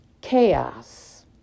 Chaos